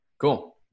Cool